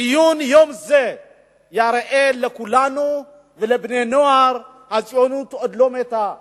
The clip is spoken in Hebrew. ציון יום זה יראה לכולנו ולבני הנוער שהציונות עוד לא מתה,